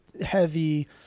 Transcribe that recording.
heavy